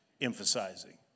emphasizing